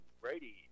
Brady